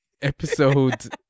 episode